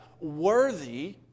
worthy